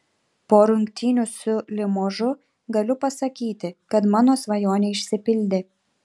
po rungtynių su limožu galiu pasakyti kad mano svajonė išsipildė